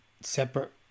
separate